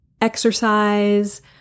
exercise